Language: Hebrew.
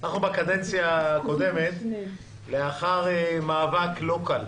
בקדנציה הקודמת, לאחר מאבק לא קל,